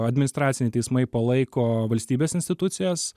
administraciniai teismai palaiko valstybės institucijas